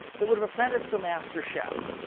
they would've apprenticed to a master chef,